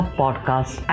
podcast